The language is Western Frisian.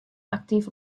aktyf